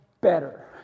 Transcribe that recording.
better